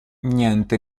niente